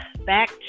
back